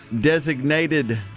designated